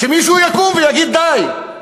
שמישהו יקום ויגיד: די,